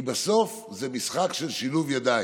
כי בסוף זה משחק של שילוב ידיים.